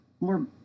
more